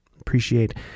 appreciate